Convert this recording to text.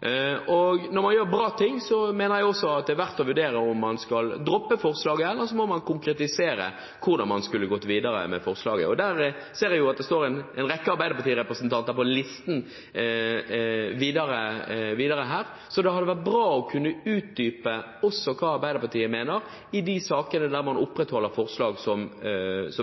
Når man gjør bra ting, er det også verdt å vurdere om man skal droppe forslaget. Ellers må man konkretisere hvordan man skulle gått videre med forslaget. Jeg ser at det står en rekke arbeiderpartirepresentanter på talerlisten videre her, så det hadde vært bra å få utdypet også hva Arbeiderpartiet mener i de sakene der man opprettholder forslag, som